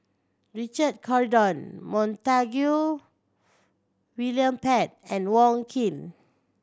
Richard Corridon Montague William Pett and Wong Keen